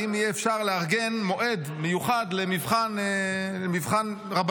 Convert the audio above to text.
אי-אפשר לארגן מועד מיוחד למבחן רבנות,